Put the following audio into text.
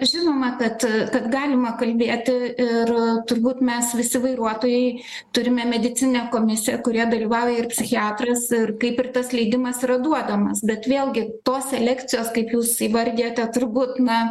žinoma kad kad galima kalbėt ir turbūt mes visi vairuotojai turime medicininę komisiją kurioje dalyvauja ir psichiatras ir kaip ir tas leidimas yra duodamas bet vėlgi tos selekcijos kaip jūs įvardijote turbūt na